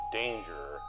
danger